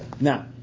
Now